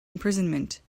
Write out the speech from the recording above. imprisonment